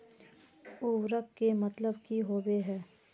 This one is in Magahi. उर्वरक के मतलब की होबे है?